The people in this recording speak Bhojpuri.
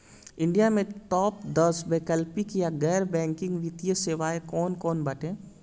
इंडिया में टाप दस वैकल्पिक या गैर बैंकिंग वित्तीय सेवाएं कौन कोन बाटे?